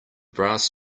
brass